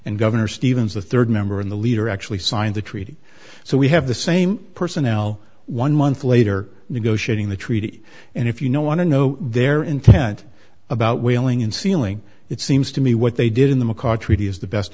and governor stevens the third member in the leader actually signed the treaty so we have the same personnel one month later negotiating the treaty and if you know want to know their intent about whaling in sealing it seems to me what they did in the macaw treaty is the best